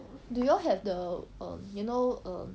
do you have the err you know err